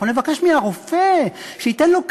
אנחנו מבקשים מהרופא שייתן לו כדור,